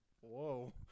Whoa